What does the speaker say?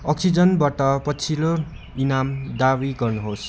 अक्सिजनबाट पछिल्लो इनाम दावी गर्नुहोस्